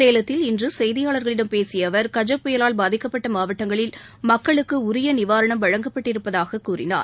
சேலத்தில் இன்று செய்தியாளர்களிடம் பேசிய அவர் கஜ புயலால் பாதிக்கப்பட்ட மாவட்டங்களில் மக்களுக்கு உரிய நிவாரணம் வழங்கப்பட்டிருப்பதாகக் கூறினார்